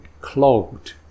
clogged